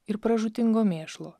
ir pražūtingo mėšlo